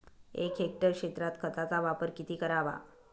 एक हेक्टर क्षेत्रात खताचा वापर किती करावा?